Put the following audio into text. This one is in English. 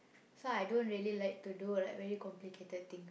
so I don't really like to do like very complicated thing